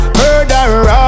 murderer